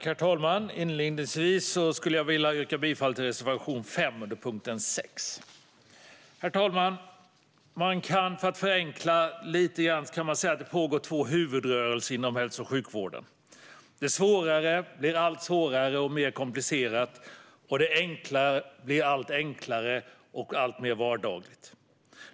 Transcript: Herr talman! Inledningsvis skulle jag vilja yrka bifall till reservation 5 under punkt 6. Herr talman! Man kan för att förenkla lite grann säga att det pågår två huvudrörelser inom hälso och sjukvården. Det svåra blir allt svårare och alltmer komplicerat, och det enkla blir allt enklare och alltmer vardagligt.